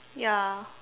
ya